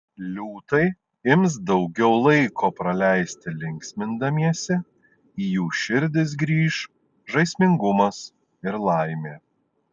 liūtai ims daugiau laiko praleisti linksmindamiesi į jų širdis grįš žaismingumas ir laimė